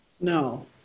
No